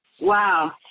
Wow